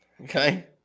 Okay